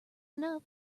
enough